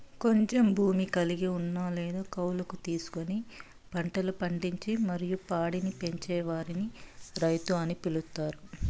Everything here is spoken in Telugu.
కొంచెం భూమి కలిగి ఉన్న లేదా కౌలుకు తీసుకొని పంటలు పండించి మరియు పాడిని పెంచే వారిని రైతు అని పిలుత్తారు